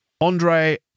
Andre